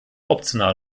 optional